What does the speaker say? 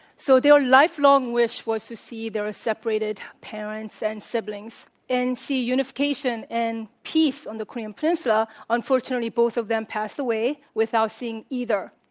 so, their lifelong wish was to see their ah separated parents and siblings and see unification and peace on the korean peninsula. unfortunately, both of them passed away without seeing either.